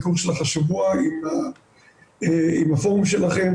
עם הפורום שלכם,